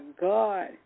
God